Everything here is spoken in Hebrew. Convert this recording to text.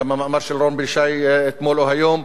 גם המאמר של רון בן-ישי אתמול או היום,